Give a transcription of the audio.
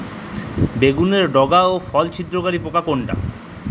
বেগুনের ডগা ও ফল ছিদ্রকারী পোকা কোনটা?